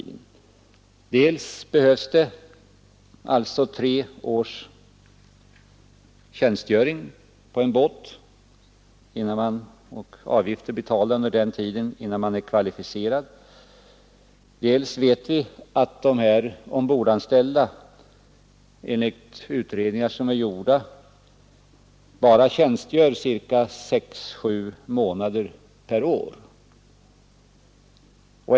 Dels behövs det tre års tjänstgöring med avgifter betalda under den tiden innan man är kvalificerad, dels vet vi enligt utredningar som är gjorda att de ombordanställda tjänstgör bara sex å sju månader per år.